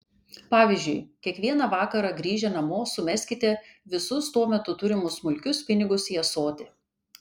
pavyzdžiui kiekvieną vakarą grįžę namo sumeskite visus tuo metu turimus smulkius pinigus į ąsotį